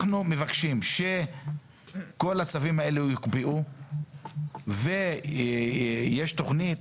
אנחנו מבקשים שכל הצווים האלה יוקפאו ויש תוכנית,